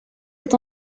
est